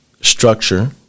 structure